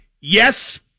yes